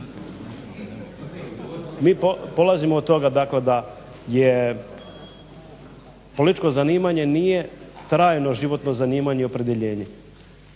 Mi polazimo od toga dakle da političko zanimanje nije trajno životno zanimanje i opredjeljenje,